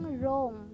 wrong